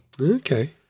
Okay